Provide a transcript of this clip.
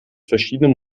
verschiedene